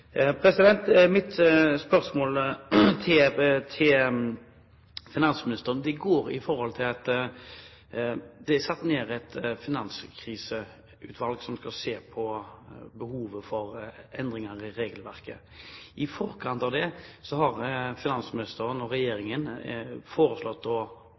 Det er satt ned et finanskriseutvalg som skal se på behovet for endringer i regelverket. I forkant av det har finansministeren og regjeringen foreslått å